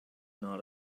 not